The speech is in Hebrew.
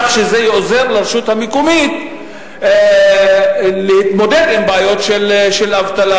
כך שזה עוזר לרשות המקומית להתמודד עם בעיות של אבטלה.